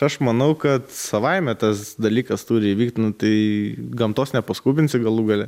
aš manau kad savaime tas dalykas turi įvykt nu tai gamtos nepaskubinsi galų gale